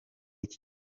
iki